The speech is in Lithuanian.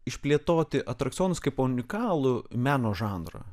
išplėtoti atrakcionus kaip unikalų meno žanrą